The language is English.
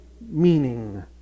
meaning